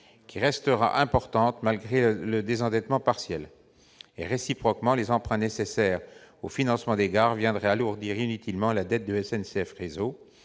restera importante malgré le désendettement partiel. Réciproquement, les emprunts nécessaires au financement des gares alourdiraient inutilement la dette de SNCF Réseau.